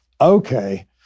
okay